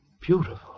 beautiful